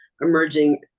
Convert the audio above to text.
emerging